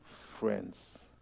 friends